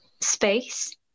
space